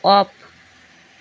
of